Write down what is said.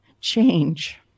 change